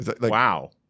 Wow